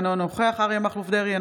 אינו נוכח אריה מכלוף דרעי,